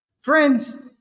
Friends